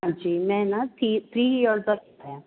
ਹਾਂਜੀ ਮੈਂ ਨਾ ਥੀ ਥ੍ਰੀ ਈਅਰਸ ਦਾ ਕੀਤਾ ਹੈ